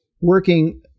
working